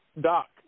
Doc